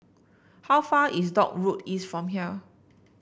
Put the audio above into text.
how far is Dock Road East from here